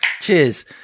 Cheers